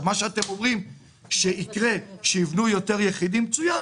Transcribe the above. מה שאתם אומרים שיקרה, שיבנו יותר יחידים, מצוין.